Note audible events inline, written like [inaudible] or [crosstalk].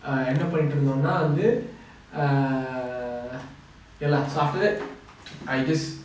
err என்ன பன்னிட்டு இருந்தோனா வந்து:enna pannitu irunthonaa vanthu err ya lah so after that [noise] I just